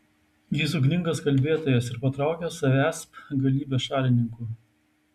jis ugningas kalbėtojas ir patraukia savęsp galybę šalininkų